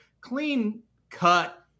clean-cut